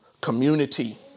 community